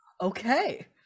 Okay